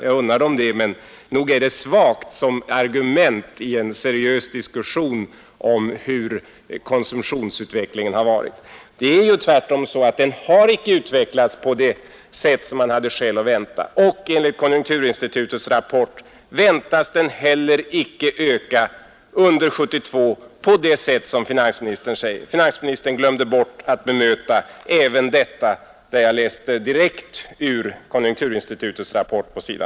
Jag unnar dem det, men nog är det svagt som argument i en seriös diskussion om hur konsumtionsutvecklingen har varit. Det är tvärtom så att konsumtionen inte har utvecklats på det sätt som man hade skäl att vänta och enligt konjunkturinstitutets rapport väntas den heller icke öka under 1972 på det sätt som finansministern säger. Finansministern glömde bort att bemöta även detta, där jag läste direkt ur konjunkturinstitutets rapport på sid.